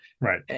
Right